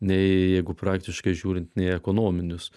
nei jeigu praktiškai žiūrint nei ekonominius